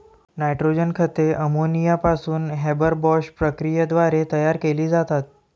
nitrogen खते ammonia पासून Haber Bosch प्रक्रियेद्वारे तयार केली जातात